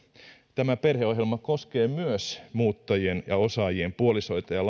tämä perheohjelma koskee myös muuttajien ja osaajien puolisoita ja